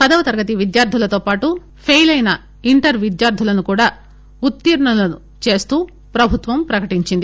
పదవ తరగతి విద్యార్థులతోపాటు ఫెయిల్ అయిన ఇంటర్ విద్యార్తులను కూడా ఉత్తీర్ణులను చేస్తూ ప్రభుత్వం ప్రకటించింది